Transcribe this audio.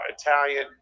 Italian